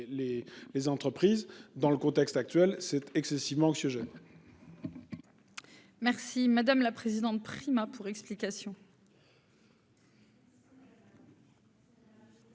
les entreprises dans le contexte actuel c'est excessivement anxiogène.--